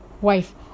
wife